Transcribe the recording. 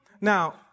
Now